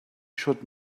should